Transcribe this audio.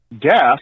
death